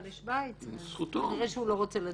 לשווייץ אז כנראה שהוא לא רוצה להצביע.